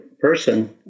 person